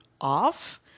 off